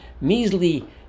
measly